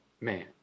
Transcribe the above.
man